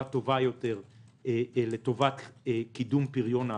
טובה יותר לטובת קידום פריון העבודה.